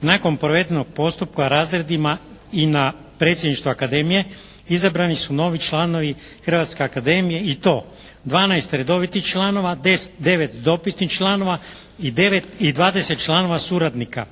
nakon provedenog postupka u razredima i na predsjedništva Akademije izabrani su novi članovi Hrvatske akademije i to 12 redovitih članova, 9 dopisnih članova i 9, 20 članova suradnika.